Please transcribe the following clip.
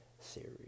series